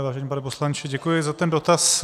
Vážený pane poslanče, děkuji za ten dotaz.